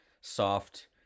soft